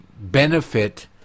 benefit